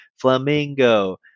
flamingo